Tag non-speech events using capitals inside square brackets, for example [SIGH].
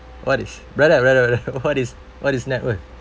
what is brother brother brother [LAUGHS] what is what is net worth